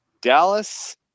Dallas